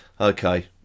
Okay